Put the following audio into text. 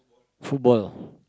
football